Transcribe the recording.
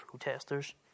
protesters